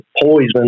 poison